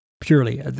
purely